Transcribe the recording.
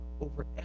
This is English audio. over